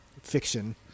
fiction